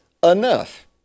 Enough